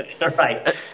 Right